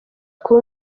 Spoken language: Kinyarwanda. kuba